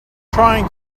trying